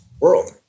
world